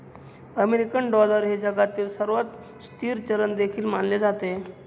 American dollar हे जगातील सर्वात स्थिर चलन देखील मानले जाते